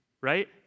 right